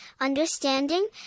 understanding